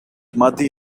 muddy